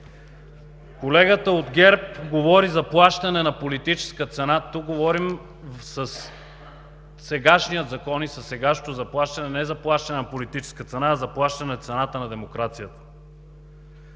Колегата от ГЕРБ говори за плащане на политическа цена. Тук говорим със сегашния закон и със сегашното заплащане – не заплащане на политическа цена, а за плащане цената на демокрацията.